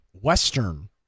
Western